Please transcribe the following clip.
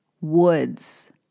woods